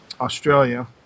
Australia